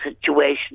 situation